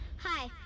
Hi